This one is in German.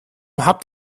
habt